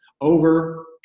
over